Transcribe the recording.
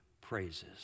praises